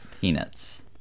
Peanuts